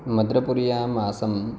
मद्रपुर्याम् आसम्